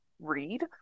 read